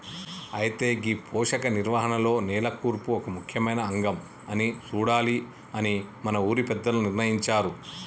అయితే గీ పోషక నిర్వహణలో నేల కూర్పు ఒక ముఖ్యమైన అంగం అని సూడాలి అని మన ఊరి పెద్దలు నిర్ణయించారు